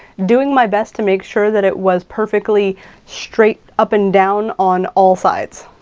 doing my best to make sure that it was perfectly straight up and down on all sides.